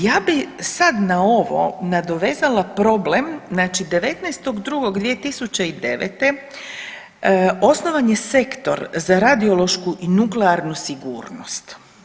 Ja bih sad na ovo nadovezala problem, znači 19.2.2009. osnovan je Sektor za radiološku i nuklearnu sigurnost.